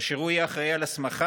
אשר הוא יהיה אחראי להסמכה,